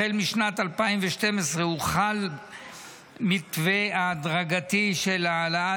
החל משנת 2012 הוחל מתווה הדרגתי של העלאת